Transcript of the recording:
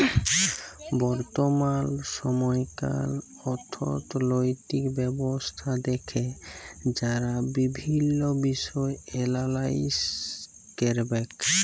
বর্তমাল সময়কার অথ্থলৈতিক ব্যবস্থা দ্যাখে যারা বিভিল্ল্য বিষয় এলালাইস ক্যরবেক